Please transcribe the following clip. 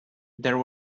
there